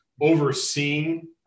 overseeing